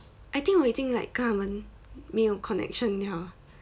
I think 我一听 like 跟他们没有 connection liao ah